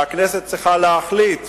והכנסת צריכה להחליט